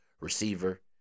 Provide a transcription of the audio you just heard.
receiver